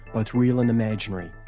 both real and imaginary,